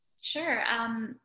Sure